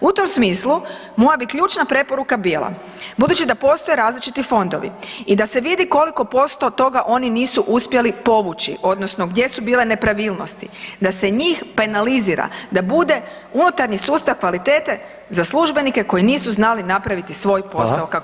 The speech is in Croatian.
U tom smislu moja bi ključna preporuka bila, budući da postoje različiti fondovi i da se vidi koliko posto toga oni nisu uspjeli povući odnosno gdje su bile nepravilnosti, da se njih penalizira, da bude unutarnji sustav kvalitete za službenike koji nisu znali napraviti svoj posao